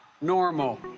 normal